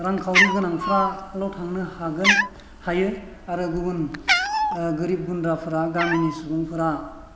रांखावरि गोनांफोराल' थांनो हागोन बा हायो आरो गुबुन गोरिब गुन्द्राफ्रा गामिनि सुबुंफोरा